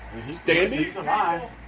standing